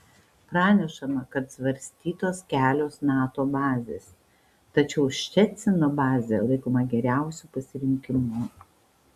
pranešama kad svarstytos kelios nato bazės tačiau ščecino bazė laikoma geriausiu pasirinkimu